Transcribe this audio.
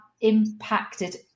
impacted